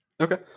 Okay